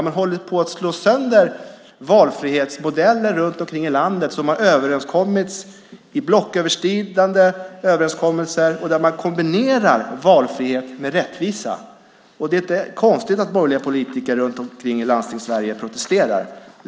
Man håller på att slå sönder valfrihetsmodeller runt omkring i landet som har tillkommit i blocköverskridande överenskommelser och där man kombinerar valfrihet med rättvisa. Det är inte konstigt att borgerliga politiker runt omkring i Landstings-Sverige protesterar.